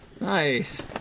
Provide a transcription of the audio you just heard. Nice